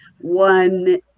one